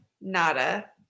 nada